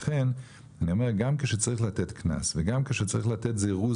לכן אני אומר גם כשצריך לתת קנס וגם כשצריך לתת זירוז